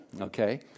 okay